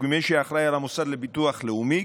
וכמי שהיה אחראי על המוסד לביטוח לאומי,